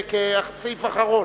כך שיהיה כסעיף אחרון,